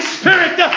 spirit